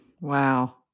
Wow